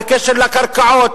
בקשר לקרקעות,